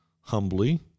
humbly